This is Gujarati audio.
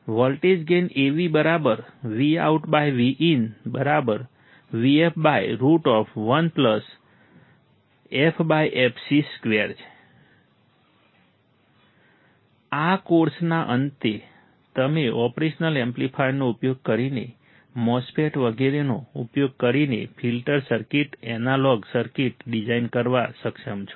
Voltage Gain VoutVin AF1ffc2 આ કોર્સના અંતે તમે ઓપરેશનલ એમ્પ્લીફાયરનો ઉપયોગ કરીને MOSFET વગેરેનો ઉપયોગ કરીને filter circuit analogue circuit design કરવા સક્ષમ છો